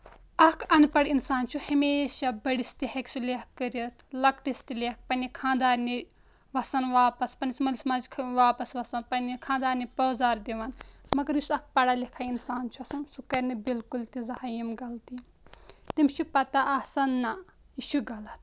اکھ اَن پَڑ اِنسان چھُ ہمیشہ بٔڑِس تہِ ہٮ۪کہِ سُہ لیٚکھ کٔرتھ لۄکٹِس تہِ لیٚکھ پَنٕنہِ خانٛدارنہِ وَسان واپَس پَنٕنِس مٲلِس ماجہِ واپَس وَسان پَنٕنہِ خانٛدارنہِ پٲزار دِوان مَگر یُس اکھ پَڑا لِکھا اِنسان چھُ آسان سُہ کَرِ نہٕ بالکُل تہِ زٕہنۍ یِم غلطی تٔمِس چھِ پَتہٕ آسان نہ یہِ چھُ غلط